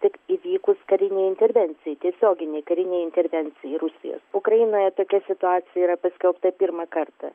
tik įvykus karinei intervencijai tiesioginei karinei intervencijai rusijos ukrainoje tokia situacija yra paskelbta pirmą kartą